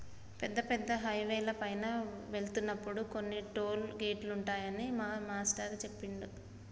పెద్ద పెద్ద హైవేల పైన వెళ్తున్నప్పుడు కొన్ని టోలు గేటులుంటాయని మా మేష్టారు జెప్పినారు